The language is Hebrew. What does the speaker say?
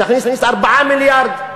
שתכניס 4 מיליארד.